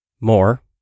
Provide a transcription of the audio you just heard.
More